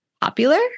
popular